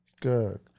Good